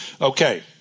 Okay